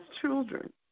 children